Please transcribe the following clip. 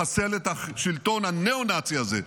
לחסל את השלטון הניאו-נאצי הזה בעזה,